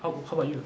how how about you